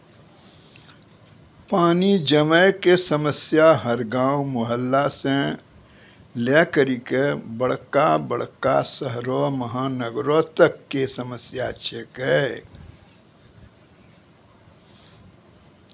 पानी जमै कॅ समस्या हर गांव, मुहल्ला सॅ लै करिकॅ बड़का बड़का शहरो महानगरों तक कॅ समस्या छै के